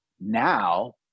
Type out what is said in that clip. Now